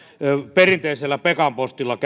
perinteisellä pekanpostilla